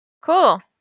Cool